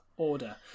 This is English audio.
order